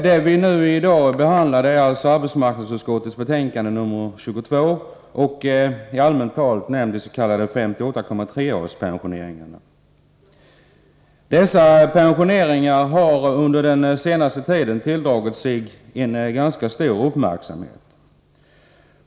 Herr talman! I arbetsmarknadsutskottets betänkande 22 behandlas vad som i allmänt tal benämns 58,3-årspensioneringarna. Dessa pensioneringar har under den senaste tiden tilldragit sig en ganska stor uppmärksamhet.